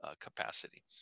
capacity